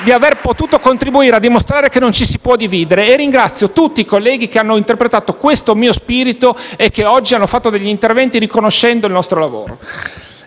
di aver potuto contribuire a dimostrare che non ci si può dividere. Ringrazio quindi tutti i colleghi che hanno interpretato questo mio spirito e che oggi hanno svolto degli interventi riconoscendo il nostro lavoro.